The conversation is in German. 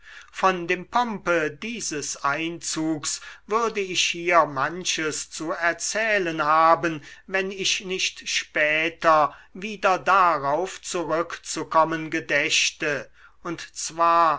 von dem pompe dieses einzugs würde ich hier manches zu erzählen haben wenn ich nicht später wieder darauf zurückzukommen gedächte und zwar